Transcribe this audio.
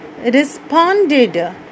responded